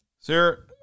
Sir